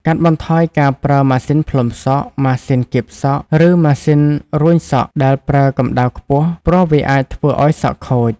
កាត់បន្ថយការប្រើម៉ាស៊ីនផ្លុំសក់ ម៉ាស៊ីនគៀបសក់ ឬម៉ាស៊ីនរួញសក់ដែលប្រើកម្ដៅខ្ពស់ ព្រោះវាអាចធ្វើឱ្យសក់ខូច ។